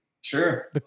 Sure